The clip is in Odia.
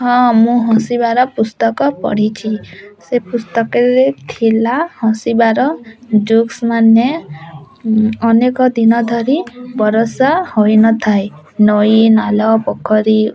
ହଁ ମୁଁ ହସିବାର ପୁସ୍ତକ ପଢ଼ିଛି ସେ ପୁସ୍ତକରେ ଥିଲା ହସିବାର ଜୋକ୍ସମାନେ ଅନେକ ଦିନଧରି ବରଷା ହୋଇନଥାଏ ନଈ ନାଲ ପୋଖରୀ